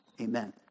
Amen